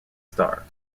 star